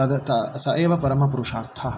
तद् सः एव परमपुरुषार्थः